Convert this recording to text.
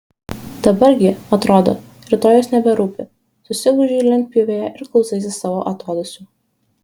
dabar gi atrodo rytojus neberūpi susigūžei lentpjūvėje ir klausaisi savo atodūsių